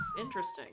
interesting